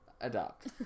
adopt